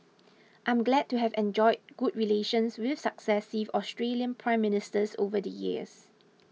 I am glad to have enjoyed good relations with successive Australian Prime Ministers over the years